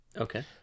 okay